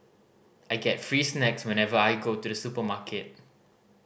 I get free snacks whenever I go to the supermarket